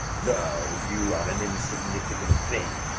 go, you are an insignificant thing.